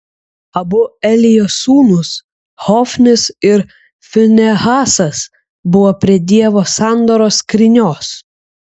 abu elio sūnūs hofnis ir finehasas buvo prie dievo sandoros skrynios